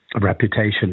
reputation